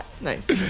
Nice